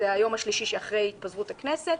זה היה היום השלישי שאחרי התפזרות הכנסת.